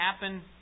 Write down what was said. happen